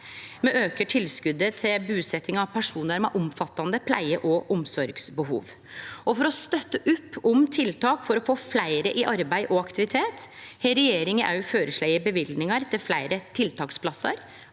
me aukar tilskotet til busetjing av personar med omfattande pleie- og omsorgsbehov. For å støtte opp om tiltak for å få fleire i arbeid og aktivitet, har regjeringa òg føreslått løyvingar til fleire tiltaksplassar,